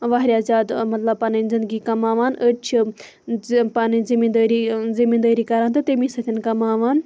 واریاہ زیادٕ مَطلَب پَنٕنۍ زِندگی کِماوان أڈۍ چھِ پَنٕنۍ زمیٖندٲری زمیٖندٲری کران تہٕ تمی سۭتۍ کَماوان